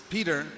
Peter